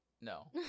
no